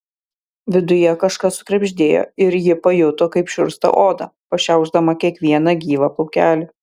viduje kažkas sukrebždėjo ir ji pajuto kaip šiurpsta oda pašiaušdama kiekvieną gyvą plaukelį